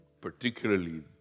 particularly